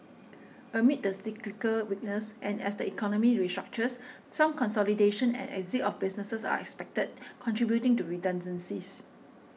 amid the cyclical weakness and as the economy restructures some consolidation and exit of businesses are expected contributing to redundancies